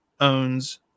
owns